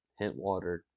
Hintwater